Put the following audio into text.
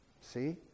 See